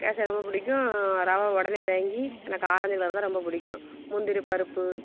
கேசரி ரொம்ப பிடிக்கும் ரவை உடனே வாங்கி எனக்கு ஆரஞ்சு கலரு தான் ரொம்ப பிடிக்கும் முந்திரிப் பருப்பு